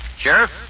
Sheriff